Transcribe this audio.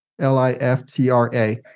L-I-F-T-R-A